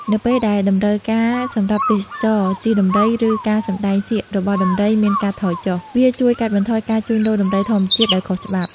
នៅពេលដែលតម្រូវការសម្រាប់ទេសចរណ៍ ជិះដំរី ឬការសម្តែងសៀករបស់ដំរីមានការថយចុះ វាជួយកាត់បន្ថយការជួញដូរដំរីពីធម្មជាតិដោយខុសច្បាប់។